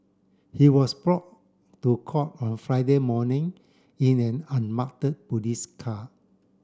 he was brought to court on Friday morning in an police car